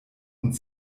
und